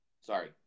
Sorry